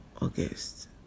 August